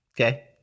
Okay